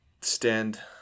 stand